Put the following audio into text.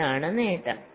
ഇതാണ് നേട്ടം